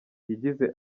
yagize